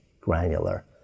granular